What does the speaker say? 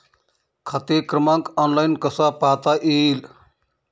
खाते क्रमांक ऑनलाइन कसा पाहता येईल?